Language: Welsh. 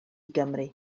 gymru